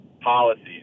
policies